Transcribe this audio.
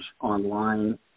online